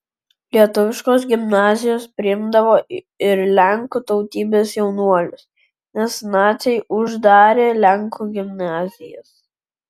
lietuviškos gimnazijos priimdavo ir lenkų tautybės jaunuolius nes naciai uždarė lenkų gimnazijas